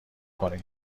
کنی